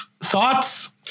thoughts